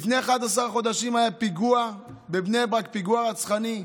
לפני 11 חודשים היה פיגוע בבני ברק, פיגוע רצחני.